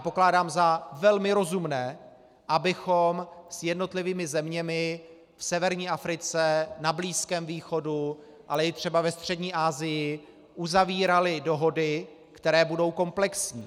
Pokládám za velmi rozumné, abychom s jednotlivými zeměmi v severní Africe, na Blízkém východu, ale i třeba ve Střední Asii uzavírali dohody, které budou komplexní.